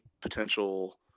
potential